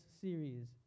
series